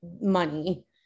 money